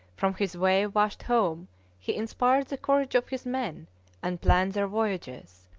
from his wave-washed home he inspired the courage of his men and planned their voyages,